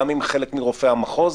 גם עם חלק מרופאי המחוז,